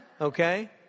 Okay